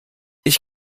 ich